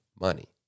money